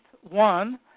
one